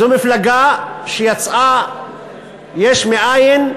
זו מפלגה שיצאה יש מאין,